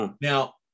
Now